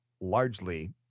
largely